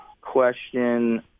question